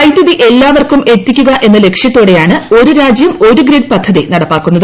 വൈദ്യുതി എല്ലാവർക്കും എത്തിക്കുക എന്ന ലക്ഷ്യത്തോടെയാണ് ഒരു രാജ്യം ഒരു ഗ്രിഡ് പദ്ധതി നടപ്പാക്കുന്നത്